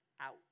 out